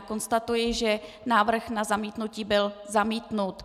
Konstatuji, že návrh na zamítnutí byl zamítnut.